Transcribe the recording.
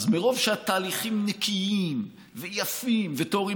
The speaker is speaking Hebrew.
אז מרוב שהתהליכים נקיים ויפים וטהורים,